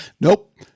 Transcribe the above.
nope